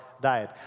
diet